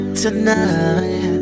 tonight